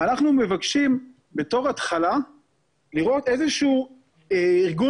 ואנחנו מבקשים בתור התחלה לראות איזשהו ארגון